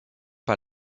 pas